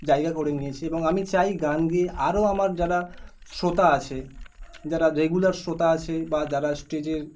জায়গা করে নিয়েছে এবং আমি চাই গান গেয়ে আরও আমার যারা শ্রোতা আছে যারা রেগুলার শ্রোতা আছে বা যারা স্টেজের